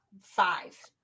five